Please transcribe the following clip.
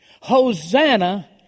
Hosanna